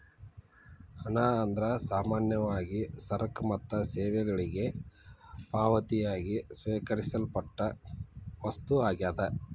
ಹಣ ಅಂದ್ರ ಸಾಮಾನ್ಯವಾಗಿ ಸರಕ ಮತ್ತ ಸೇವೆಗಳಿಗೆ ಪಾವತಿಯಾಗಿ ಸ್ವೇಕರಿಸಲ್ಪಟ್ಟ ವಸ್ತು ಆಗ್ಯಾದ